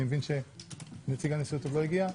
אני מבין שנציג הנשיאות עוד לא הגיע.